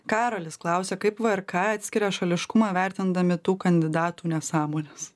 karolis klausia kaip vrk atskiria šališkumą vertindami tų kandidatų nesąmones